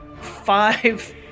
five